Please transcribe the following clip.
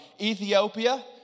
Ethiopia